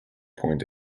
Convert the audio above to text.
point